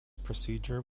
procedure